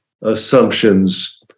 assumptions